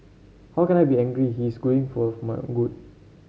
how can I be angry he is going for my good